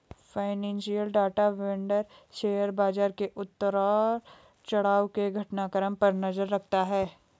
financial data vendor share बाजार के उतार चढ़ाव के घटनाक्रम पर नजर रखता है